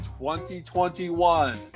2021